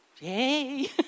yay